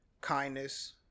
kindness